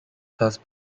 thus